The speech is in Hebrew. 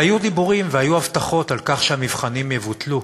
והיו דיבורים והיו הבטחות על כך שהמבחנים יבוטלו,